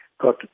got